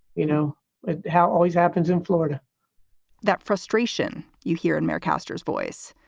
you know how always happens in florida that frustration you hear in mayor castro's voice.